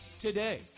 today